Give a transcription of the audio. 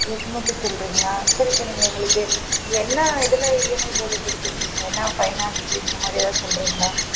கிறிஸ்மஸுக்கு சொல்கிறிங்களா சார் இப்போ நீங்கள் எங்களுக்கு என்ன இதில் இஎம்ஐ போட்டு கொடுத்துருக்கீங்க என்ன ஃபைனான்ஸ் இந்த மாதிரி ஏதாவது சொல்லுறிங்களா